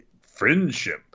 Friendship